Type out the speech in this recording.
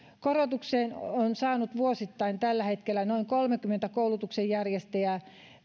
korotuksen on saanut vuosittain noin kolmekymmentä koulutuksenjärjestäjää